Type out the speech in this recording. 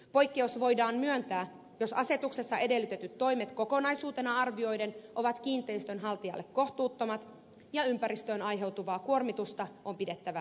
poikkeus voidaan myöntää jos asetuksessa edellytetyt toimet kokonaisuutena arvioiden ovat kiinteistön haltijalle kohtuuttomat ja ympäristöön aiheutuvaa kuormitusta on pidettävä vähäisenä